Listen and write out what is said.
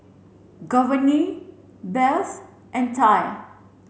Giovanny Beth and Ty